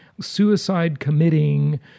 suicide-committing